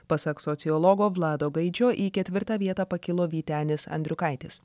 pasak sociologo vlado gaidžio į ketvirtą vietą pakilo vytenis andriukaitis